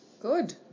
Good